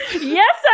Yes